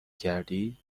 کردی